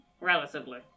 relatively